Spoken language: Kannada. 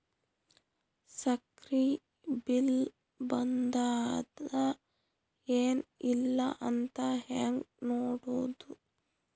ಸಕ್ರಿ ಬಿಲ್ ಬಂದಾದ ಏನ್ ಇಲ್ಲ ಅಂತ ಹೆಂಗ್ ನೋಡುದು?